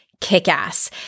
kickass